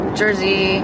jersey